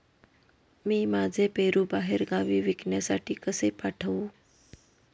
मी माझे पेरू बाहेरगावी विकण्यासाठी कसे पाठवू?